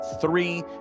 three